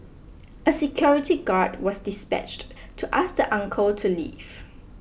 a security guard was dispatched to ask the uncle to leave